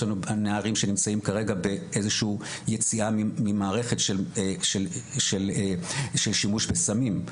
יש לנו נערים שנמצאים כרגע באיזשהו יציאה ממערכת של שימוש בסמים,